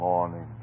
Morning